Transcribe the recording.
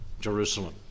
Jerusalem